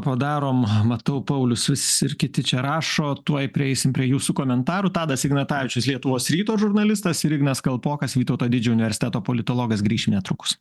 padarom matau paulius vis ir kiti čia rašo tuoj prieisim prie jūsų komentarų tadas ignatavičius lietuvos ryto žurnalistas ir ignas kalpokas vytauto didžiojo universiteto politologas grįš netrukus